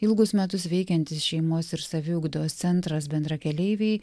ilgus metus veikiantis šeimos ir saviugdos centras bendrakeleiviai